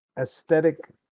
aesthetic